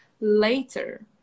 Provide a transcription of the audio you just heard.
later